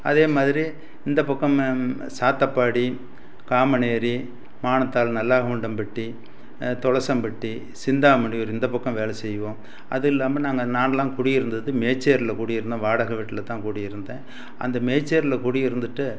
அதேமாதிரி இந்த பக்கம் சாத்தப்பாடி காமனேரி மனதால் நல்லாகவுண்டம் பட்டி தொளசம்பட்டி சிந்தாமணியூர் இந்த பக்கம் வேலை செய்வோம் அதுவும் இல்லாமல் நாங்கள் நாங்கெளாம் குடியிருந்தது மேச்சேரியில் குடியிருந்தோம் வாடகை வீட்டில் தான் குடியிருந்தேன் அந்த மேச்சேரியில் குடி இருந்துகிட்டு